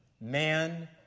Man